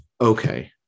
okay